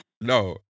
no